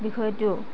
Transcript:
বিষয়টো